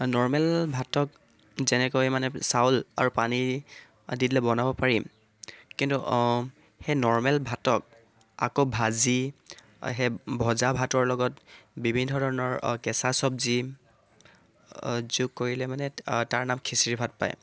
normal ভাতক যেনেকৈ চাউল আৰু পানী দি দিলে বনাব পাৰিম কিন্তু সেই নৰ্মেল ভাতক আকৌ ভাজি সেই ভজা ভাতৰ লগত বিভিন্ন ধৰণৰ কেঁচা চবজি যোগ কৰিলে মানে তাৰ নাম খিচিৰি ভাত পায়